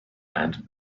and